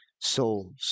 souls